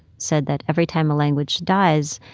said that every time a language dies,